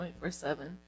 24-7